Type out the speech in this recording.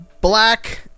black